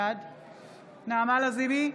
בעד נעמה לזימי,